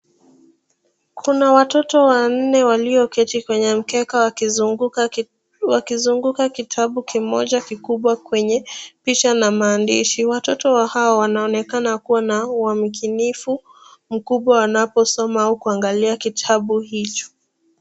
Tuna watoto wanne walioketi kwenye mkeka wakizunguka kitabu kimoja kikubwa kwenye picha na maandishi. Watoto hao wanaonekana kuwa na umakinifu mkubwa wanaposoma au kuangalia kitabu hicho.